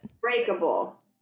Breakable